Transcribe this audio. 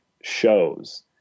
shows